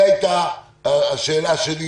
זו הייתה השאלה שלי.